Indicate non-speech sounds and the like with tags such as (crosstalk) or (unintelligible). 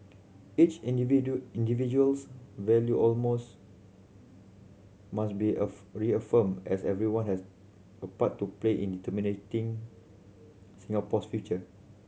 each (unintelligible) individual's value almost must be a (unintelligible) reaffirmed as everyone has a part to play in determining Singapore's future